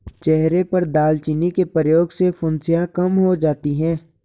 चेहरे पर दालचीनी के प्रयोग से फुंसियाँ कम हो जाती हैं